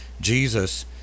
Jesus